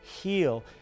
heal